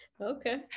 Okay